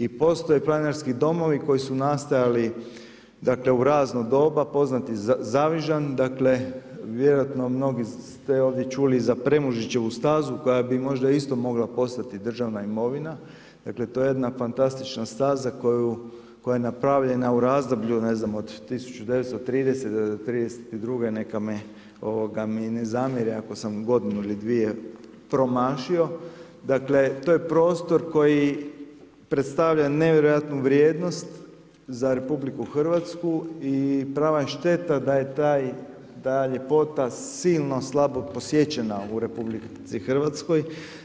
I postoje planinarski domovi koji su nastajali u razno doba, poznati Zavižan dakle vjerojatno ste mnogi čuli ovdje za Premužićevu stazu koja bi možda isto mogla postati državna imovina, dakle to je jedna fantastična staza koja je napravljena u razdoblju ne znam od 1930. do '32. neka mi ne zamjere ako sam godinu, dvije promašio, dakle to je prostor koji predstavlja nevjerojatnu vrijednost za RH i prava je šteta da je ta ljepota silno slabo posjećena u RH,